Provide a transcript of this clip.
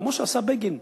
כמו שעשה בגין,